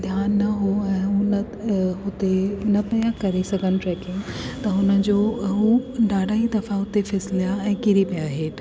ध्यानु न हो ऐं हुन हुते न पिया करे सघनि ट्रेकिंग त हुनजो हू ॾाढा ई दफ़ा हुते फिसलिया ऐं किरी पिया हेठि